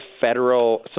federal